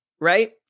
Right